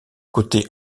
côté